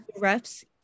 refs